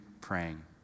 praying